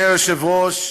אדוני היושב-ראש,